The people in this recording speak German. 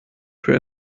für